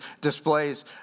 displays